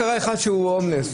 יהודה, זה רעיון יפה.